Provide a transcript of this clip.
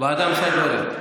ועדה מסדרת.